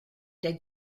der